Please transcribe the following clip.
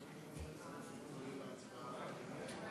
הודעת התנתקות משירות כהודעת סירוב לקבל פרסומות),